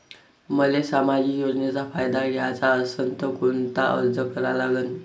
मले सामाजिक योजनेचा फायदा घ्याचा असन त कोनता अर्ज करा लागन?